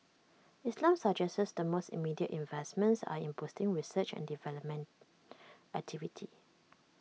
islam suggests the most immediate investments are in boosting research and development activity